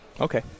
Okay